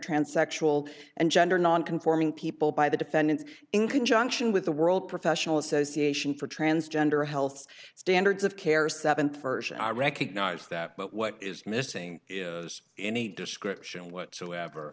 transsexual and gender nonconforming people by the defendants in conjunction with the world professional association for transgender health standards of care seventh version i recognize that but what is missing is any description whatsoever